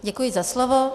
Děkuji za slovo.